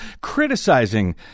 criticizing